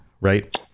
right